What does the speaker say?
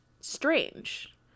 strange